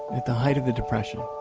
at the height of the depression,